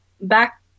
Back